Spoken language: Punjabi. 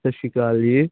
ਸਤਿ ਸ਼੍ਰੀ ਅਕਾਲ ਜੀ